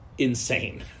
insane